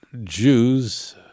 Jews